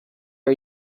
are